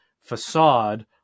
facade